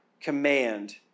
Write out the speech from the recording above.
command